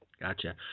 gotcha